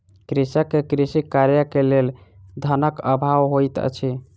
कृषक के कृषि कार्य के लेल धनक अभाव होइत अछि